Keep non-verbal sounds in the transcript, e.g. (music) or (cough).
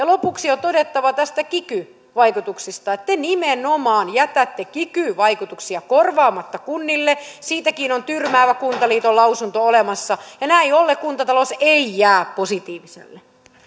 (unintelligible) lopuksi on todettava näistä kiky vaikutuksista että te nimenomaan jätätte kiky vaikutuksia korvaamatta kunnille siitäkin on tyrmäävä kuntaliiton lausunto olemassa ja näin ollen kuntatalous ei jää positiiviselle